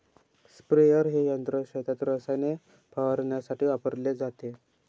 sprayer हे यंत्र शेतात रसायने फवारण्यासाठी वापरले जाते